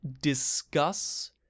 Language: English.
discuss